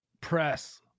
Press